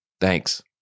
thanks